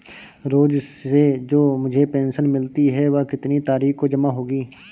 रोज़ से जो मुझे पेंशन मिलती है वह कितनी तारीख को जमा होगी?